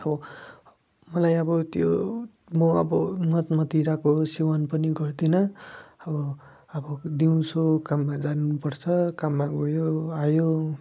अब मलाई अब त्यो म अब मदमदिराको सेवन पनि गर्दिनँ अब अब दिउँसो काममा जानु पर्छ काममा गयो आयो